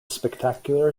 spectacular